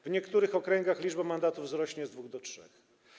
W niektórych okręgach liczba mandatów wzrośnie z dwóch do trzech.